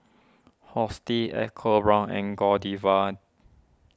EcoBrown's and Godiva